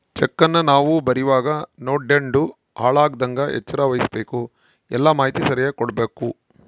ಚೆಕ್ಕನ್ನ ನಾವು ಬರೀವಾಗ ನೋಡ್ಯಂಡು ಹಾಳಾಗದಂಗ ಎಚ್ಚರ ವಹಿಸ್ಭಕು, ಎಲ್ಲಾ ಮಾಹಿತಿ ಸರಿಯಾಗಿ ಕೊಡ್ಬಕು